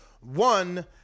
one